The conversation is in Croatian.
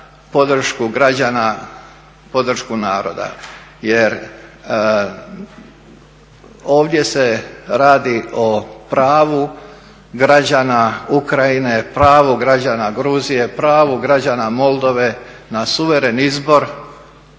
podršku građana, podršku naroda jer ovdje se radi o pravu građana Ukrajine, pravu građana Gruzije, pravu građana Moldove, na suveren izbor